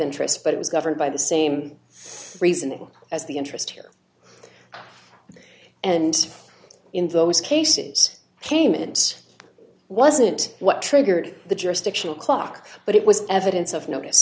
interest but it was governed by the same reasoning as the interest here and in those cases caymans wasn't what triggered the jurisdictional clock but it was evidence of notice